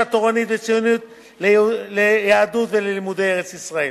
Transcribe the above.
תורנית ציונית ליהדות וללימודי ארץ-ישראל.